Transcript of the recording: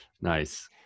Nice